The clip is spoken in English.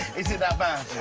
is it that bad?